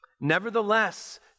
Nevertheless